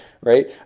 right